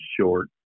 short